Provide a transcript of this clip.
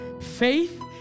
Faith